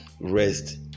rest